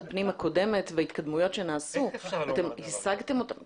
בקדנציה הקודמת של הוועדה הזו ואת ההתקדמות שנעשתה אז.